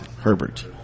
Herbert